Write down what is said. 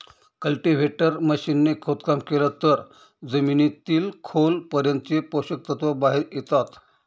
cultivator machine ने खोदकाम केलं तर जमिनीतील खोल पर्यंतचे पोषक तत्व बाहेर येता